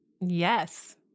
Yes